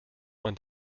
man